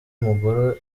mugore